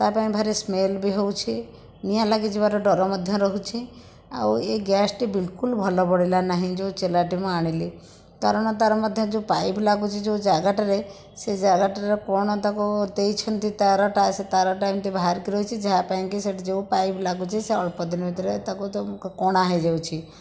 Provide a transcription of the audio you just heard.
ତା' ପାଇଁ ଭାରି ସ୍ମେଲ୍ ବି ହେଉଛି ନିଆଁ ଲାଗିଯିବାର ଡର ମଧ୍ୟ ରହୁଛି ଆଉ ଏ ଗ୍ୟାସଟି ବିଲକୁଲ୍ ଭଲ ପଡ଼ିଲା ନାହିଁ ଯେଉଁ ଚୁଲାଟି ମୁଁ ଆଣିଲି କାରଣ ତାର ମଧ୍ୟ ଯେଉଁ ପାଇପ ଲାଗୁଛି ଯେଉଁ ଜାଗାଟାରେ ସେ ଜାଗାଟାରେ କ'ଣ ତାକୁ ଦେଇଛନ୍ତି ତାରଟା ସେ ତାରଟା ଏମିତି ବାହାରିକି ରହିଛି ଯାହା ପାଇଁକି ସେଇଠି ଯେଉଁ ପାଇପ ଲାଗୁଛି ସେ ଅଳ୍ପ ଦିନ ଭିତରେ ତାକୁ ତ କଣା ହୋଇଯାଉଛି